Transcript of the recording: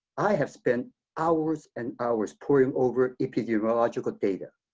i have spent hours and hours poring over epidemiological data,